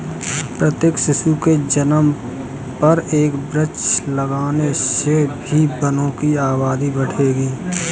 प्रत्येक शिशु के जन्म पर एक वृक्ष लगाने से भी वनों की आबादी बढ़ेगी